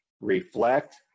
reflect